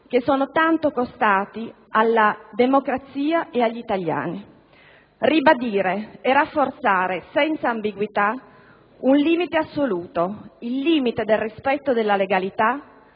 che sono tanto costati alla democrazia e agli italiani; per ribadire e rafforzare senza ambiguità un limite assoluto: il limite del rispetto della legalità,